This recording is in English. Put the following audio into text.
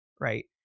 right